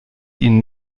ihnen